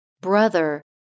brother